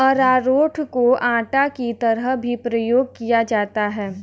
अरारोट को आटा की तरह भी प्रयोग किया जाता है